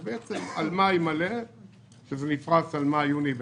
זה בעצם על מאי מלא כאשר זה נפרש על מאי יוני ב-50%.